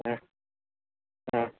ಹಾಂ ಹಾಂ